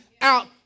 out